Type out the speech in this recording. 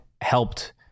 helped